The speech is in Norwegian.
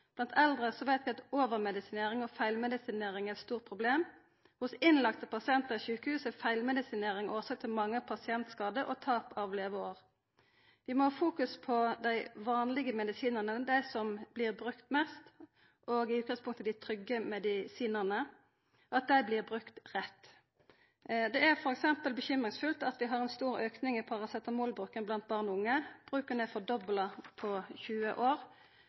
Blant eldre veit vi at overmedisinering og feilmedisinering er eit stort problem. Blant innlagde pasientar på sjukehus er feilmedisinering årsak til mange pasientskadar og tap av leveår. Vi må fokusera på at dei vanlege medisinane, dei som blir brukte mest, og som i utgangspunktet er dei trygge medisinane, blir brukte rett. Det er f.eks. bekymringsfullt at det er ein stor auke i paracetamolbruken blant barn og unge. Bruken er fordobla på 20 år.